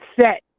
set